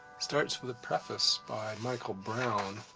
starts with a preface by michael brown,